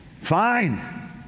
Fine